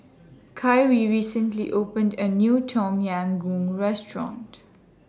Kyree recently opened A New Tom Yam Goong Restaurant